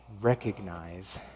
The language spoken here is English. recognize